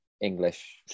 English